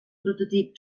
prototip